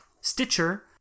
Stitcher